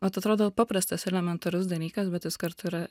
vat atrodo paprastas elementarus dalykas bet jis kartu yra